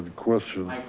question.